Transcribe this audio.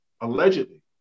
allegedly